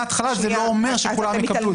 -- מהתחלה, זה לא אומר שכולם יקבלו.